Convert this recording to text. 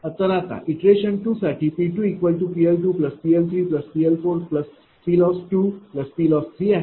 तर आता इटरेशन 2 साठी P2PL2PL3PL4PLoss2PLoss3 आहे